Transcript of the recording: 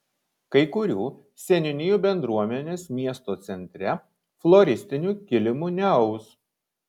kai kurių seniūnijų bendruomenės miesto centre floristinių kilimų neaus